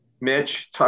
mitch